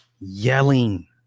yelling